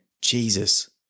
Jesus